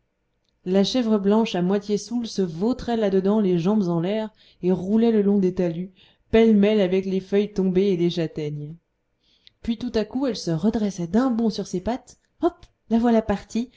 la chèvre blanche à moitié soûle se vautrait là dedans les jambes en l'air et roulait le long des talus pêle-mêle avec les feuilles tombées et les châtaignes puis tout à coup elle se redressait d'un bond sur ses pattes hop la voilà partie